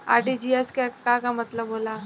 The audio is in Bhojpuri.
आर.टी.जी.एस के का मतलब होला?